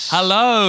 Hello